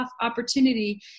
opportunity